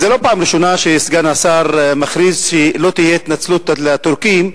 זו לא פעם ראשונה שסגן השר מכריז שלא תהיה התנצלות לטורקים,